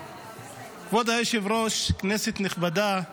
היושב-ראש, כנסת נכבדה,